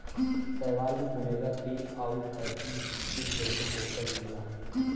शैवाल में omega three आउर फैटी एसिड जइसन पोषण मिलला